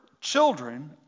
children